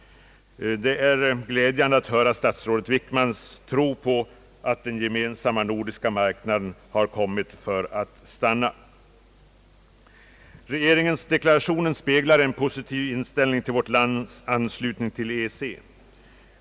Det är glädjande att höra statsrådet Wickmans tro på att den gemensamma nordiska marknaden har kommit för att stanna. Regeringsdeklarationen speglar en positiv inställning till vårt lands anslutning till EEC.